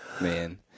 Man